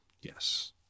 Yes